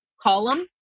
column